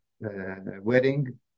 wedding